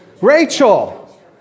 Rachel